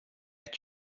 that